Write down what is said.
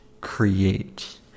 create